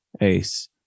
Ace